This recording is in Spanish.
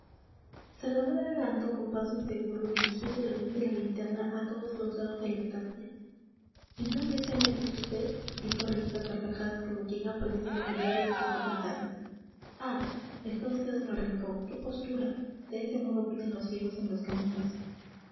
salvador adelantó con paso inseguro dirigiendo la luz de la linterna a todos los lados de la estancia en dónde se ha metido vd dijo riendo a carcajadas como quien ha perdido el equilibrio de sus facultades ah está vd en el rincón qué postura de ese modo piden los ciegos en los caminos